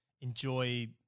enjoy